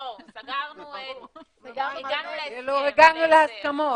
לא, הגענו להסכמות.